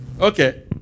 Okay